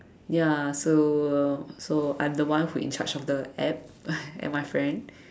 ya so so I'm the one who in charge of the App and my friend